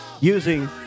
Using